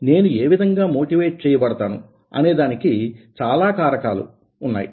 నేను ఏ విధంగా మోటివేట్ చేయబడతాను అనేదానికి చాలా కారకాలు ఉన్నాయి